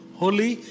holy